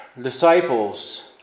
disciples